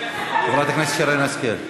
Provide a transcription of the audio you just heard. חברת הכנסת שרן השכל,